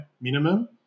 minimum